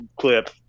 clip